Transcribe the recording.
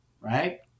Right